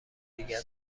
دیگر